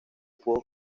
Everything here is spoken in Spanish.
pudo